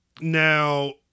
Now